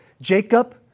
Jacob